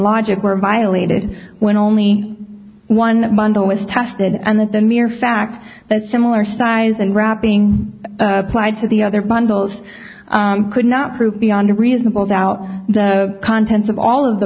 logic were violated when only one bundle was tested and that the mere fact that similar size and wrapping applied to the other bundles could not prove beyond a reasonable doubt the contents of all of the